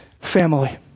family